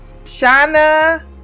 shana